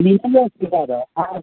ᱱᱤᱭᱟᱹ ᱠᱚᱜᱮ ᱚᱥᱩᱵᱤᱫᱟ ᱫᱚ ᱟᱨ